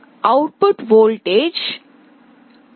out put voltage V